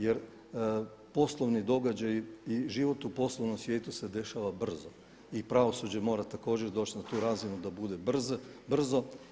Jer poslovni događaji i život u poslovnom svijetu se dešava brzo i pravosuđe mora također doći na tu razinu da bude brzo.